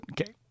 okay